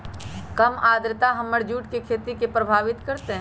कम आद्रता हमर जुट के खेती के प्रभावित कारतै?